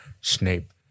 Snape